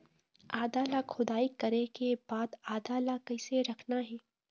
आदा ला खोदाई करे के बाद आदा ला कैसे रखना हे?